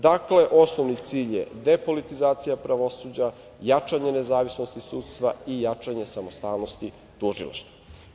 Dakle, osnovni cilj je depolitizacija pravosuđa, jačanje nezavisnosti sudstva i jačanje samostalnosti tužilaštva.